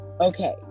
okay